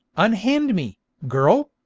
unhand me, girl!